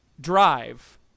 drive